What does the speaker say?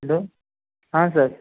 hello ہاں سر